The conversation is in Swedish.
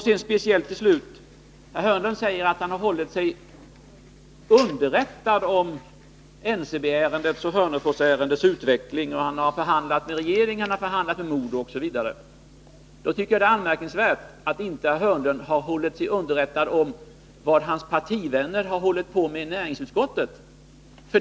Till slut: Herr Hörnlund säger att han har hållit sig underrättad om NCB-ärendets och Hörneforsärendets utveckling, att han har förhandlat med regeringen, att han har förhandlat med MoDo osv. Då tycker jag att det är anmärkningsvärt att inte herr Hörnlund har hållit sig underrättad om vad hans partivänner har hållit på med i näringsutskottet.